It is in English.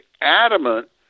adamant